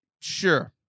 Sure